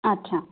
अच्छा